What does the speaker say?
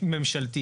ממשלתי